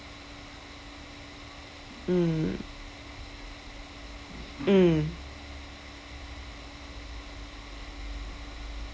mm mm